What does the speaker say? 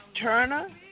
Turner